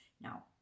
now